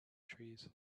trees